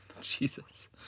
Jesus